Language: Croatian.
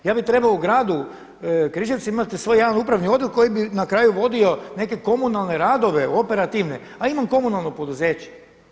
Ja bih trebao u gradu Križevcima imati svoj jedan upravni odjel koji bi na kraj uvodio neke komunalne radove operativne, a imam komunalno poduzeće.